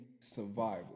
survival